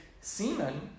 semen